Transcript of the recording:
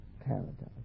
paradise